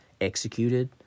executed